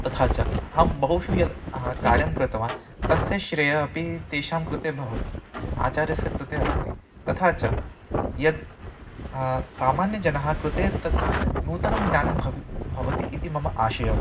तथा च अहं बहुषु यद् कार्यं कृतवान् तस्य श्रेयः अपि तेषां कृते भव आचार्यस्य कृते अस्ति तथा च यद् सामान्यजनस्य कृते तद् नूतनं ज्ञानं भवति भवति इति मम आशयः